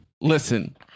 listen